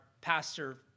pastor